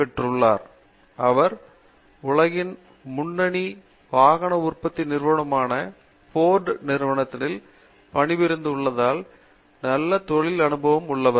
பெற்றுள்ளார் அவர் உலகின் முன்னணி வாகன உற்பத்தி நிறுவனமான ஃபோர்டு நிறுவனத்தில் பணிபுரிந்து உள்ளதால் நல்ல தொழில் அனுபவம் உள்ளவர்